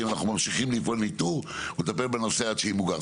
אנחנו ממשיכים לפעול לאיתור ולטפל בנושא עד שימוגר"..